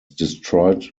destroyed